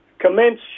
Commence